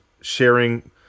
sharing